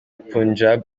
punjab